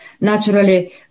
naturally